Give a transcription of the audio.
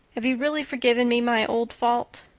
have you really forgiven me my old fault?